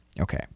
okay